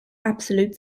absolute